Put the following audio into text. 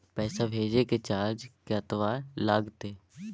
पैसा भेजय के चार्ज कतबा लागते?